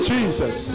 Jesus